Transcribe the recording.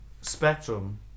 Spectrum